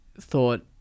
thought